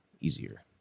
easier